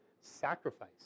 Sacrifice